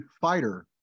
fighter